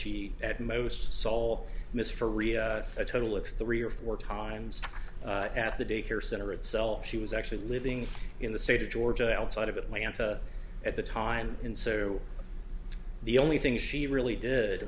she at most saul mr rhea a total of three or four times at the daycare center itself she was actually living in the state of georgia outside of atlanta at the time and so the only thing she really did